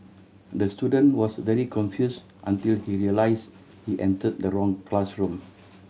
the student was very confused until he realised he entered the wrong classroom